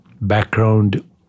background